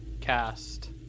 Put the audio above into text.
cast